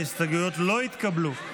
ההסתייגויות לא התקבלו.